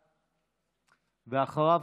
ואחריו,